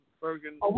Bergen